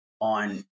on